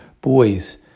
boys